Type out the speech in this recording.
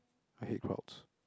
I hate crowds